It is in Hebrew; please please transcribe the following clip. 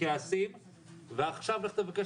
כעסים ועכשיו לך תבקש